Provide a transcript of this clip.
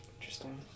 interesting